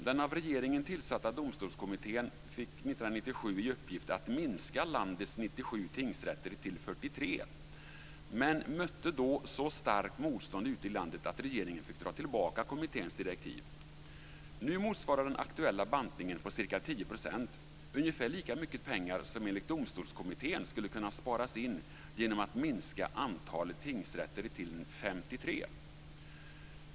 Den av regeringen tillsatta domstolskommittén fick 1997 i uppgift att minska landets 97 tingsrätter till 43 men mötte då så starkt motstånd ute i landet att regeringen fick dra tillbaka kommitténs direktiv. Nu motsvarar den aktuella bantning på ca 10 % ungefär lika mycket pengar som enligt Domstolskommittén skulle kunna sparas in genom att minska antalet tingsrätter till 53.